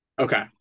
Okay